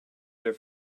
their